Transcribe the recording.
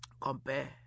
Compare